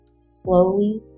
slowly